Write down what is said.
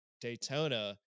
Daytona